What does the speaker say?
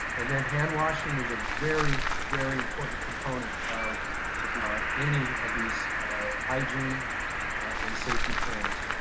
and then hand washing is a very, very important component of any of these hygiene and safety plans.